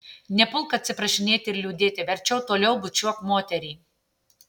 nepulk atsiprašinėti ir liūdėti verčiau toliau bučiuok moterį